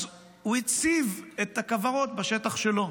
אז הוא הציב את הכוורות בשטח שלו.